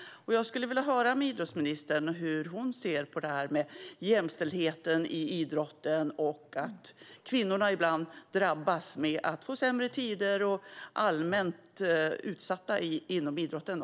Jag skulle vilja höra med idrottsministern hur hon ser på det här med jämställdheten i idrotten och att kvinnorna ibland drabbas genom att få sämre tider och är allmänt utsatta inom idrotten.